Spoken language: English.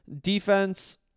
Defense